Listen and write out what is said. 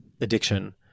addiction